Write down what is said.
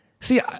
See